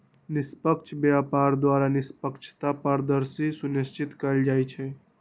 निष्पक्ष व्यापार द्वारा निष्पक्षता, पारदर्शिता सुनिश्चित कएल जाइ छइ